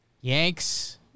Yanks